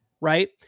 right